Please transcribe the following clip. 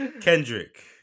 Kendrick